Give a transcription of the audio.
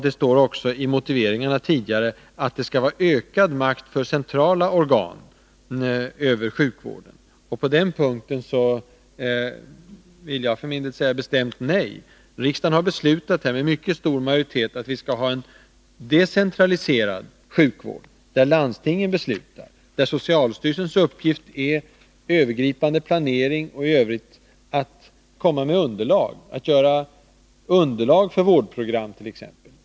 Det står också i motiveringen att det skall vara en ökad makt för centrala organ över sjukvården. På den punkten vill jag säga bestämt nej. Riksdagen har med mycket stor majoritet beslutat att vi skall ha en decentraliserad sjukvård, där landstingen beslutar och där socialstyrelsens uppgift är övergripande planering och att ta fram underlag för vårdprogrammen.